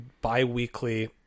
bi-weekly